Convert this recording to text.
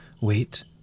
wait